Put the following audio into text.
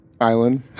Island